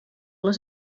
les